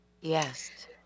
Yes